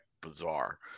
bizarre